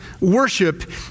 worship